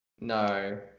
No